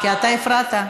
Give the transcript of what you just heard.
כי אתה הפרעת.